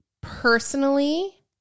personally